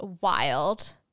wild